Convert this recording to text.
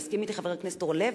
יסכים אתי חבר הכנסת אורלב,